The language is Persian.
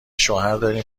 شوهرداریم